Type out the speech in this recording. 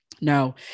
no